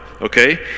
okay